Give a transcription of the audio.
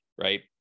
right